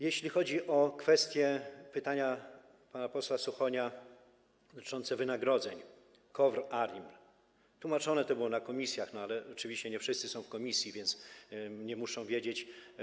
Jeśli chodzi o kwestię pytania pana posła Suchonia dotyczącego wynagrodzeń w KOWR i ARiMR, to tłumaczone to było na posiedzeniach komisji, ale oczywiście nie wszyscy są w komisji, więc nie muszą wiedzieć.